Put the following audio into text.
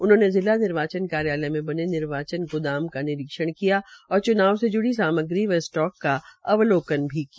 उन्होंने जिला निर्वाचनकार्यालय में बने निर्वाचन गोदाम का निरीक्षण किया और च्नाव से ज्ड़ी सामग्री व स्टाक का अवलोकन भी किया